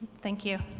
thank you.